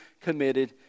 committed